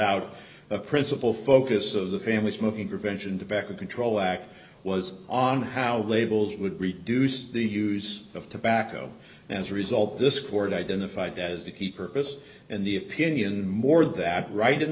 the principal focus of the family smoking prevention tobacco control act was on how labels would reduce the use of tobacco as a result dischord identified as a key purpose and the opinion more that ri